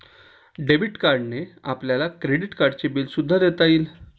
debit कार्डने आपल्याला credit कार्डचे बिल सुद्धा देता येईल